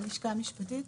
מהלשכה המשפטית,